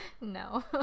no